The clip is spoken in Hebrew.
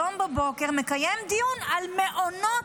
היום בבוקר מקיים דיון על מעונות.